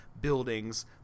Buildings